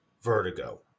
vertigo